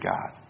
God